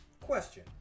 Question